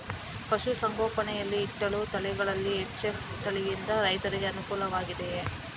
ಪಶು ಸಂಗೋಪನೆ ಯಲ್ಲಿ ಇಟ್ಟಳು ತಳಿಗಳಲ್ಲಿ ಎಚ್.ಎಫ್ ತಳಿ ಯಿಂದ ರೈತರಿಗೆ ಅನುಕೂಲ ವಾಗಿದೆಯೇ?